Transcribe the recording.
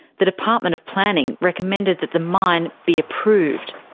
the department of planning recommended that the mine be approved.